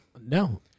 No